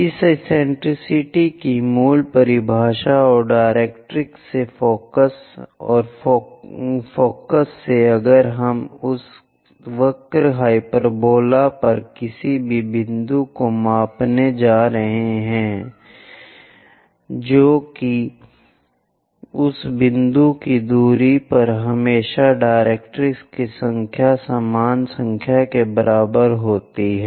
इस एक्सेंट्रिसिटी की मूल परिभाषा और डायरेक्ट्रिक्स से फोकस है फोकस से अगर हम उस वक्र हाइपरबोला पर किसी भी बिंदु को मापने जा रहे हैं जो कि उस बिंदु की दूरी पर हमेशा डायरेक्ट्रिक्स की संख्या समान संख्या के बराबर होती है